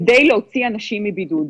כדי להוציא אנשים מבידוד.